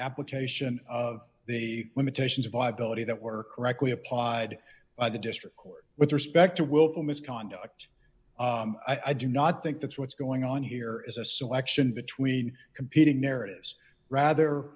application of the limitations of viability that were correctly applied by the district court with respect to willful misconduct i do not think that's what's going on here is a selection between competing narratives rather